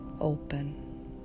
open